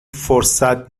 فرصت